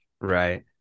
Right